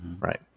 right